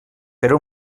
però